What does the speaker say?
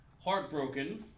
heartbroken